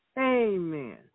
Amen